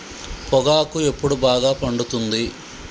పొగాకు ఎప్పుడు బాగా పండుతుంది?